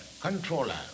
Controller